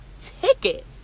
tickets